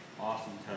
awesome